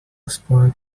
exploit